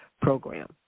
program